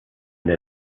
they